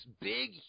big